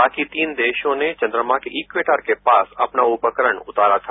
बाकि तीन देशों ने चन्द्रमा के इक्वेटर के पास अपना उपकरण उतारा था